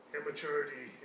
Immaturity